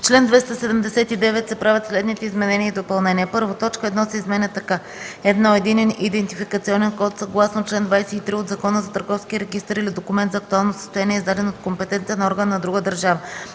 чл. 279 се правят следните изменения и допълнения: 1. Точка 1 се изменя така: „1. единен идентификационен код съгласно чл. 23 от Закона за търговския регистър или документ за актуално състояние, издаден от компетентен орган на друга държава;”.